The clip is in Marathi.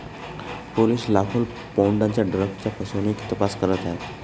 पोलिस लाखो पौंडांच्या ड्रग्जच्या फसवणुकीचा तपास करत आहेत